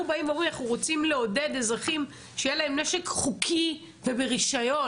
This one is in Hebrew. אומרים אנחנו רוצים לעודד אזרחים שיהיה להם נשק חוקי וברשיון,